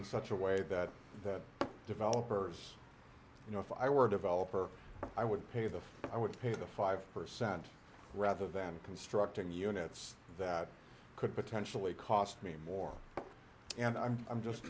in such a way that the developers you know if i were a developer i would pay before i would pay the five percent rather than constructing units that could potentially cost me more and i'm i'm just